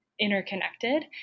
interconnected